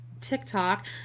TikTok